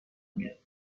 میاد